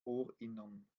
ohrinneren